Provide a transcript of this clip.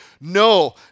No